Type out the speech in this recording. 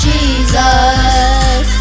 Jesus